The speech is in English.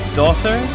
daughter